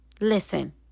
Listen